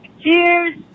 Cheers